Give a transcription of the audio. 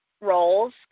roles